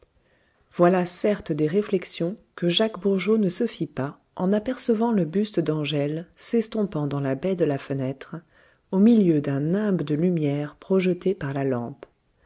voilà certes des réflexions que jacques bourgeot ne se fit pas en apercevant le buste d'angèle s'estompant dans la baie de la fenêtre au milieu d'un nimbe de lumière projetée par la lampe